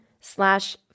slash